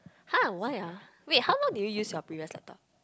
!huh! why ah wait how long did you use your previous laptop